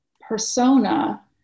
persona